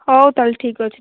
ହଉ ତାହେଲେ ଠିକ୍ ଅଛି